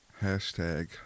Hashtag